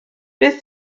beth